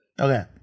Okay